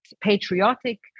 patriotic